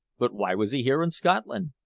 but why was he here, in scotland?